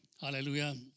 hallelujah